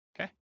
Okay